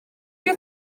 you